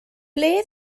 ble